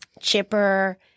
chipper